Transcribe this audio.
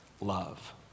love